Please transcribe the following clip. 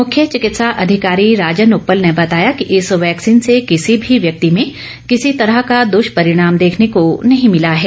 मुख्य चिकित्सा अधिकारी राजन उप्पल ने बताया कि इस वैक्सीन से किसी भी व्यक्ति में किसी तरह का दुष्परिणाम देखने को नहीं मिला है